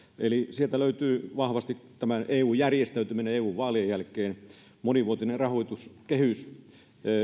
sieltä löytyy vahvasti eun järjestäytyminen eu vaalien jälkeen ja monivuotinen rahoituskehys